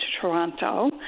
Toronto